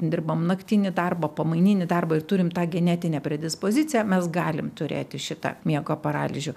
dirbamnaktinį darbą pamaininį darbą turi tą genetinę predispoziciją mes galim turėti šitą miego paralyžių